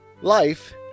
Life